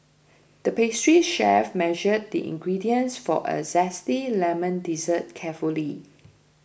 the pastry chef measured the ingredients for a Zesty Lemon Dessert carefully